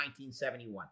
1971